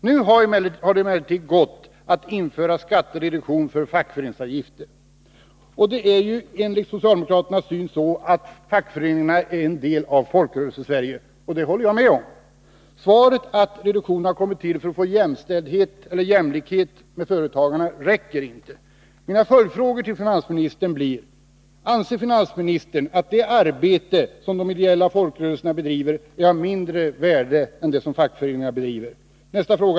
Nu har det emellertid gått att införa skattereduktion för fackföreningsavgifter. Och fackföreningarna är ju enligt socialdemokraternas syn en del av Folkrörelsesverige — och det håller jag med om. Svaret att reduktionen har kommit till för att få jämlikhet med företagarna räcker inte. Mina följdfrågor till finansministern blir: Anser finansministern att det arbete som de ideella folkrörelserna bedriver är av mindre värde än det som fackföreningarna bedriver?